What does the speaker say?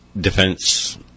defense